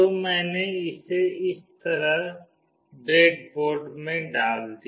तो मैंने इसे इस तरह ब्रेडबोर्ड में डाल दिया